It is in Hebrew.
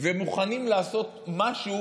ומוכנים לעשות משהו